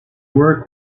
worked